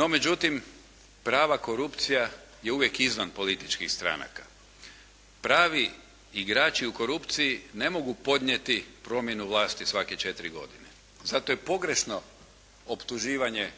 No međutim, prava korupcija je uvijek izvan političkih stranaka. Pravi igrači u korupciji ne mogu podnijeti promjenu vlasti svake četiri godine, zato je pogrešno optuživanje